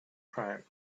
crimes